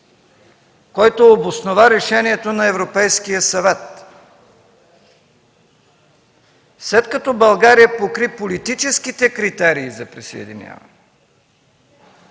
който обоснова решението на Европейския съвет. След като България покри политическите критерии за присъединяване,